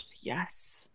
yes